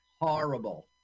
horrible